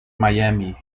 miami